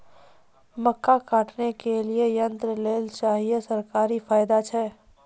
मक्का काटने के लिए यंत्र लेल चाहिए सरकारी फायदा छ?